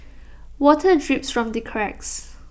water drips from the cracks